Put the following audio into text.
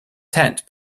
tent